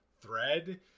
thread